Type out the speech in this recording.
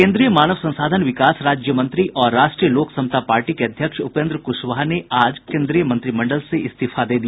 केन्द्रीय मानव संसाधन विकास राज्य मंत्री और राष्ट्रीय लोक समता पार्टी के अध्यक्ष उपेन्द्र कुशवाहा ने आज केन्द्रीय मंत्रिमंडल से इस्तीफा दे दिया